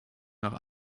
nach